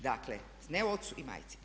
Dakle, ne ocu i majci.